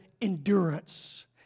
endurance